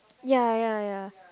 ya ya ya